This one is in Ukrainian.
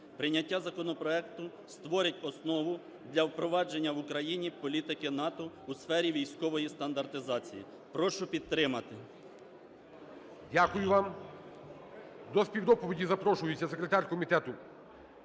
Прийняття законопроекту створить основу для впровадження в Україні політики НАТО у сфері військової стандартизації. Прошу підтримати. ГОЛОВУЮЧИЙ. Дякую вам. До співдоповіді запрошується секретар Комітету